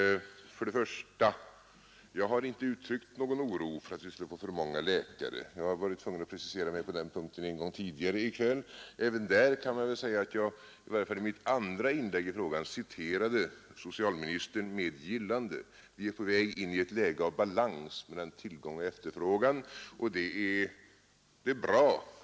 För det första har jag inte uttryckt någon oro för att vi skulle få för många läkare. Jag har varit tvungen att precisera mig på den punkten en gång tidigare i kväll. Även där kan jag väl säga att jag i mitt andra inlägg i frågan citerade socialministern med gillande. Vi är på väg in i ett läge av balans mellan tillgång och efterfrågan, och det är bra.